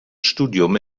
studium